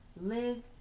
Live